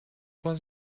was